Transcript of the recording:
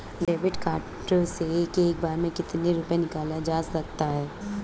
David card से एक बार में कितनी रूपए निकाले जा सकता है?